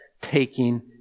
taking